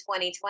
2020